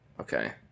Okay